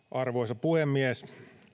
arvoisa puhemies